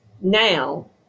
now